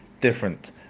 different